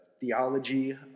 theology